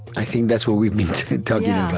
i think that's what we've been talking